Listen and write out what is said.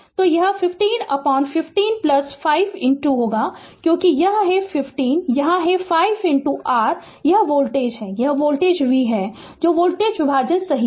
तो यह 15 15 5 होगा क्योंकि यह है 15 यहाँ यह 5 r यह वोल्टेज है यह वोल्टेज v जो वोल्टेज विभाजन सही है